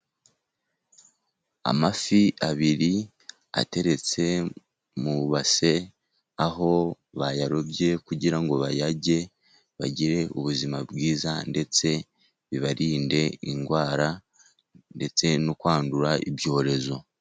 Amafi abiri ateretse mu ibase, aho bayarobye kugira ngo bayarye bagire ubuzima bwiza, ndetse bibarinde indwara ndetse no kwandura ibyorezo.